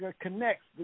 connects